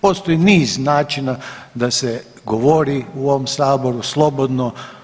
Postoji niz načina da se govori u ovom Saboru slobodno.